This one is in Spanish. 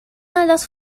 alas